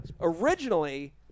originally